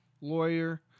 lawyer